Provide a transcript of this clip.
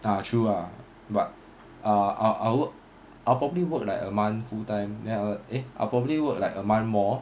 ah true ah but ah ah I'll I'll probably work like a month full time eh I'll probably work like a month more